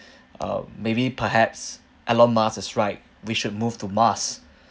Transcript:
um maybe perhaps elon musk is right we should move to mars